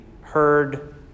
heard